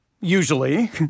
usually